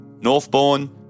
Northbourne